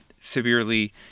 severely